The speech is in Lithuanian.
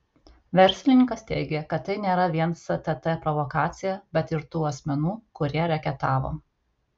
verslininkas teigė kad tai nėra vien stt provokacija bet ir tų asmenų kurie reketavo